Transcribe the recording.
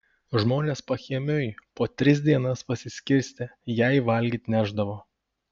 žmonės pakiemiui po tris dienas pasiskirstę jai valgyt nešdavo